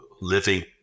living